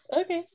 Okay